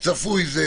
אבל צפוי זה,